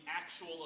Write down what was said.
actual